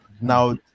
now